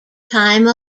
time